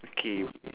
okay you